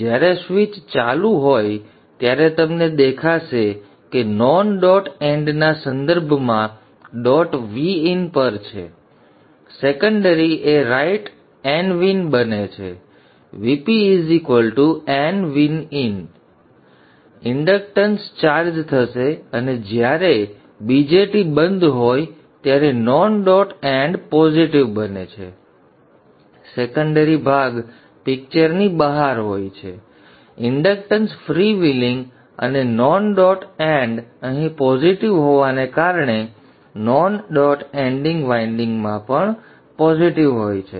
જ્યારે સ્વીચ ચાલુ હોય ત્યારે તમને દેખાશે કે નોન ડોટ એન્ડના સંદર્ભમાં ડોટ Vin પર છે સેકન્ડરી એ રાઇટ nVin બને છે Vp nVin ઇંડક્ટન્સ ચાર્જ થશે અને જ્યારે સંદર્ભ સમય 0458 BJT બંધ હોય ત્યારે નોન ડોટ એન્ડ પોઝિટિવ બને છે સેકન્ડરી ભાગ પિક્ચર ની બહાર હોય છે ઇન્ડક્ટન્સ ફ્રીવ્હીલિંગ અને નોન ડોટ એન્ડ અહીં પોઝિટીવ હોવાને કારણે નોન ડોટ એન્ડિંગ વાઇન્ડિંગમાં પણ પોઝિટિવ હોય છે